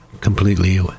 completely